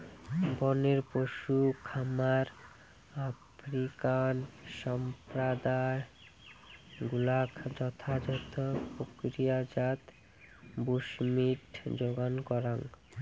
বনের পশু খামার আফ্রিকান সম্প্রদায় গুলাক যথাযথ প্রক্রিয়াজাত বুশমীট যোগান করাং